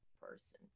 person